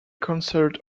concert